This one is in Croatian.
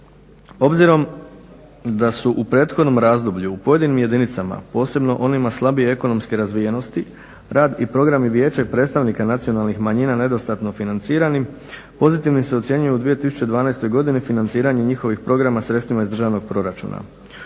Obzirom da su u prethodnom razdoblju u pojedinim jedinicama, posebno onima slabije ekonomske razvijenosti, rad i programi vijeća i predstavnika nacionalnih manjina nedostatno financirani pozitivnim se ocjenjuje u 2012. godini financiranje njihovih programa sredstvima iz državnog proračuna.